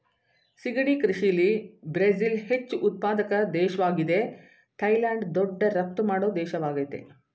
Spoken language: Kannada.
ಸಿಗಡಿ ಕೃಷಿಲಿ ಬ್ರಝಿಲ್ ಹೆಚ್ಚು ಉತ್ಪಾದಕ ದೇಶ್ವಾಗಿದೆ ಥೈಲ್ಯಾಂಡ್ ದೊಡ್ಡ ರಫ್ತು ಮಾಡೋ ದೇಶವಾಗಯ್ತೆ